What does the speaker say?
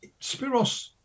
Spiros